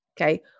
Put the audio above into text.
okay